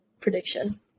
prediction